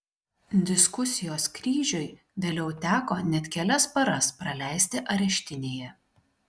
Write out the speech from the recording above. diskusijos kryžiui vėliau teko net kelias paras praleisti areštinėje